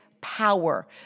power